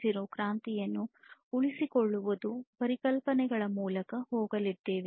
0 ಕ್ರಾಂತಿಯನ್ನು ಉಳಿಸಿಕೊಳ್ಳುವುದು ಪರಿಕಲ್ಪನೆಗಳ ಮೂಲಕ ಹೋಗಲಿದ್ದೇವೆ